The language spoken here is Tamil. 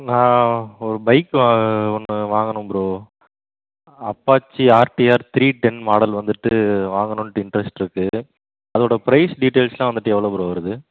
நான் ஒரு பைக் வா ஒன்னு வாங்கணும் bro Apache R T R three ten model வந்துட்டு வாங்கணுன்ட்டு இண்ட்ரஸ்ட்ருக்கு அதோடய ப்ரைஸ் டீட்டைல்ஸ்லாம் வந்துட்டு எவ்வளோ ப்ரோ வருது